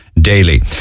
daily